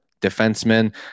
defensemen